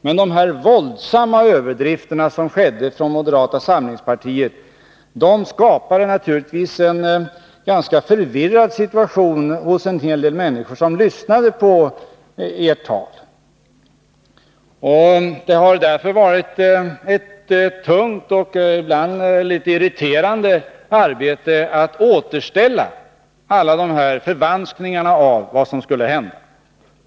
Men de här våldsamma överdrifterna från moderata samlingspartiets sida skapade naturligtvis en förvirrad situation för en hel del människor som lyssnade på detta tal. Det har därför varit ett tungt och ibland litet irriterande arbete att rätta till alla de här förvanskningarna av vad som skulle hända.